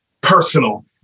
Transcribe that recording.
personal